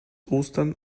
ostern